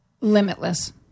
Limitless